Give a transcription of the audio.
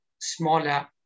smaller